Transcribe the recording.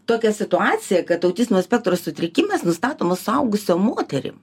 tokia situacija kad autizmo spektro sutrikimas nustatomas suaugusiom moterį